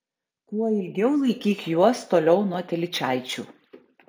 kuo ilgiau laikyk juos toliau nuo telyčaičių